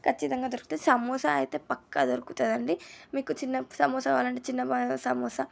కచ్చితంగా దొరుకుతాయి సమోసా అయితే పక్కా దొరుకుతదండి మీకు చిన్న సమోసా కావాలంటే చిన్న సమోసా